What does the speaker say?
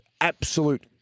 absolute